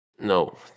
No